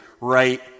right